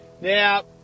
Now